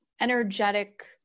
energetic